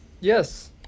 Yes